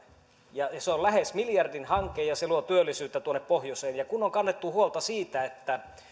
se on lähes miljardin hanke ja se luo työllisyyttä tuonne pohjoiseen ja kun on kannettu huolta siitä